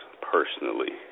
personally